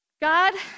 God